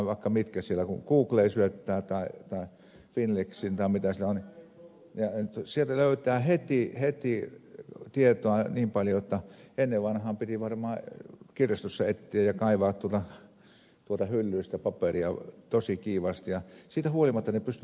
kun googleen syöttää tai finlexiin tai mitä siellä on niin sieltä löytää heti tietoa niin paljon että ennen vanhaan piti varmaan kirjastossa etsiä ja kaivaa hyllyistä paperia tosi kiivaasti ja siitä huolimatta ne pystyivät tekemään töitä